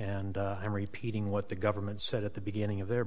and i'm repeating what the government said at the beginning of their